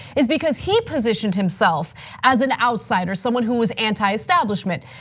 is because he positioned himself as an outsider, some one who is anti-establishment.